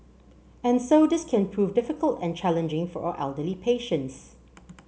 and so this can prove difficult and challenging for our elderly patients